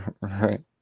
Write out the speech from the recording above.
Right